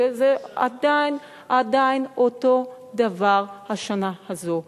וזה עדיין אותו הדבר בשנה הזאת.